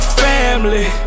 family